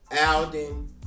Alden